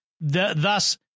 thus